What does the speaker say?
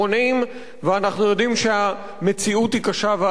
ואנחנו יודעים שהמציאות היא קשה ואיומה במיוחד.